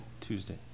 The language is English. Tuesday